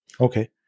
Okay